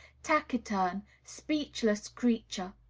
taciturn, speechless creature,